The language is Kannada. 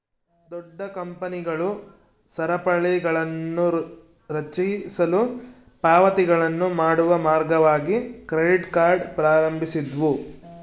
ದೊಡ್ಡ ಕಂಪನಿಗಳು ಸರಪಳಿಗಳನ್ನುರಚಿಸಲು ಪಾವತಿಗಳನ್ನು ಮಾಡುವ ಮಾರ್ಗವಾಗಿ ಕ್ರೆಡಿಟ್ ಕಾರ್ಡ್ ಪ್ರಾರಂಭಿಸಿದ್ವು